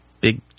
big